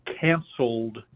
canceled